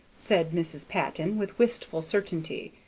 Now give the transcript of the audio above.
said mrs. patton, with wistful certainty.